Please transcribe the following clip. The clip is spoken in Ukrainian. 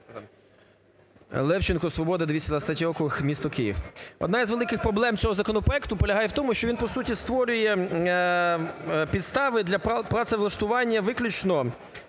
Левченко, "Свобода", 223 округ, місто Київ. Одна із великих проблем цього законопроекту полягає в тому, що він, по суті, створює підстави для працевлаштування виключно